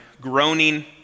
groaning